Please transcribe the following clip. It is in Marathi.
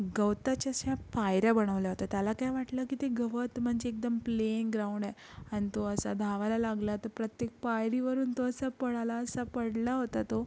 गवताच्या अशा पायऱ्या बनवल्या होत्या त्याला काय वाटलं की ते गवत म्हणजे एकदम प्लेन ग्राउंड आहे आणि तो असा धावायला लागला तर प्रत्येक पायरीवरून तो असा पळाला असा पडला होता तो